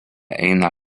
eina